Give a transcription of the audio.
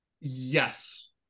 yes